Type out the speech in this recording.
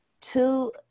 two